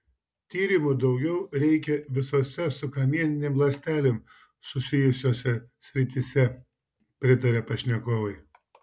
tyrimų daugiau reikia visose su kamieninėm ląstelėm susijusiose srityse pritaria pašnekovai